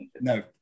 no